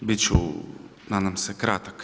Bit ću nadam se kratak.